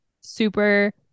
super